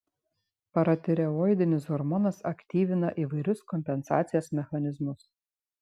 paratireoidinis hormonas aktyvina įvairius kompensacijos mechanizmus